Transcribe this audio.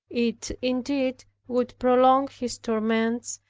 it indeed would prolong his torments,